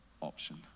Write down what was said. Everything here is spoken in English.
option